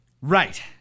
Right